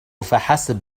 فحسب